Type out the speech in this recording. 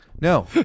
No